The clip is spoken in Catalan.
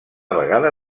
vegada